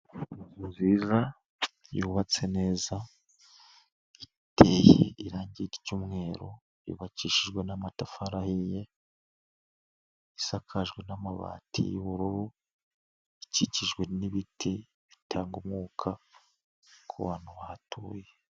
Inzu nziza yubatse neza iteye irangi ry'umweru, yubakishijwe n'amatafari ahiye, isakajwe n'amabati y'ubururu, ikikijwe n'ibiti bitanga umwuka kubantu bahatuye.